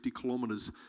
kilometers